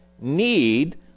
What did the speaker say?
need